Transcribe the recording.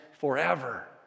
forever